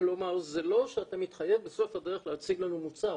כלומר זה לא שאתה מתחייב בסוף הדרך להציג לנו מוצר,